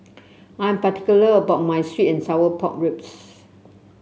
I am particular about my sweet and Sour Pork Ribs